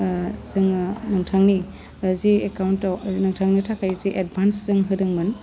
जोङो नोंथांनि जि एकाउन्टाव नोंथांनि थाखाय जि एडभान्स जों होदोंमोन